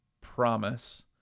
promise